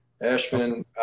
Ashman